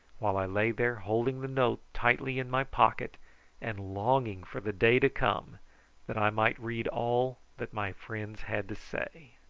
while i lay there holding the note tightly in my pocket and longing for the day to come that i might read all that my friends had to say.